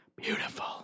Beautiful